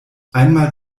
einmal